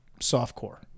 softcore